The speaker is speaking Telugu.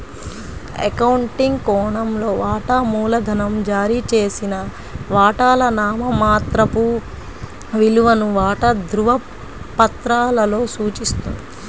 అకౌంటింగ్ కోణంలో, వాటా మూలధనం జారీ చేసిన వాటాల నామమాత్రపు విలువను వాటా ధృవపత్రాలలో సూచిస్తుంది